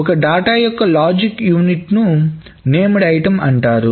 ఒక డేటా యొక్క logic unit ను నేమ్డ్ ఐటమ్ అంటారు